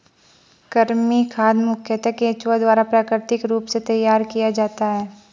कृमि खाद मुखयतः केंचुआ द्वारा प्राकृतिक रूप से तैयार किया जाता है